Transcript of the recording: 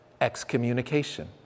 excommunication